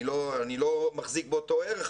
שאני לא מחזיק באותו ערך,